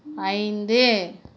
ஐந்து